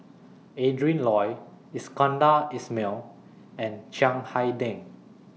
Adrin Loi Iskandar Ismail and Chiang Hai Ding